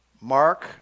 Mark